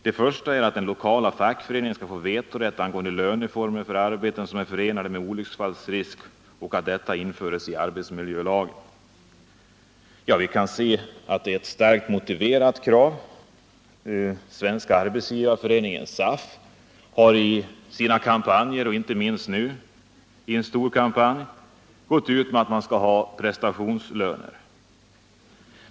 Det första är att den lokala fackföreningen skall få vetorätt angående arbeten som är förenade med olycksfallsrisk, och att detta införes i arbetsmiljölagen. Vi kan se att detta är ett starkt motiverat krav. Svenska arbetsgivareföreningen, SAF, har i sina kampanjer gått ut med att man vill ha prestationslöner.